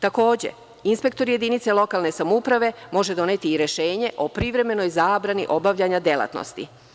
Takođe, inspektor jedinice lokalne samouprave može doneti i rešenje o privremenoj zabrani obavljanja delatnosti.